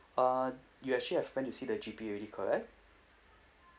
uh you actually have went to see the G_P already correct